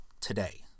today